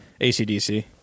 ACDC